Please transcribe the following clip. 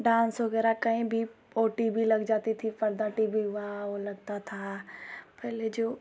dance वगैरह कही भी पौटी भी लग जाती थी पर्दा टी भी वाव लगता था